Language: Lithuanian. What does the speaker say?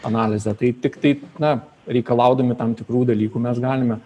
analizę tai tiktai na reikalaudami tam tikrų dalykų mes galime